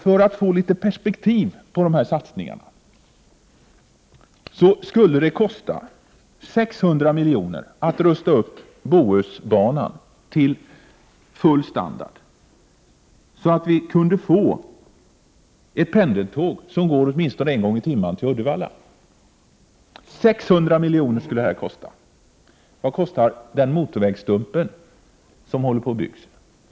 För att få litet perspektiv när det gäller dessa satsningar vill jag nämna att det skulle kosta 600 milj.kr. att rusta upp Bohusbanan till sådan standard att vi kunde få ett pendeltåg åtminstone en gång per timme till Uddevalla. 600 miljoner skulle alltså detta kosta. Vad kostar den motorvägsstump som nu är under byggnad?